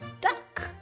duck